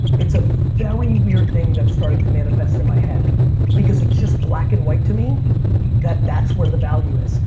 it's a very weird thing that's starting to manifest in my head because it's just black and white to me that that's where the value is.